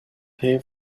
pay